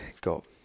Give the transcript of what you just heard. got